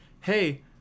hey